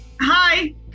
Hi